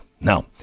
Now